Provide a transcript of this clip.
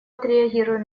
отреагирую